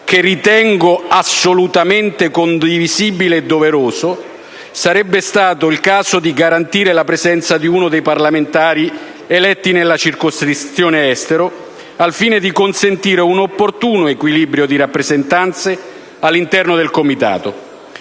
che ritengo assolutamente condivisibile e doveroso - sarebbe stato il caso di garantire la presenza di un parlamentare eletto nella circoscrizione Estero, al fine di consentire un opportuno equilibrio di rappresentanze all'interno del Comitato,